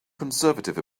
conservative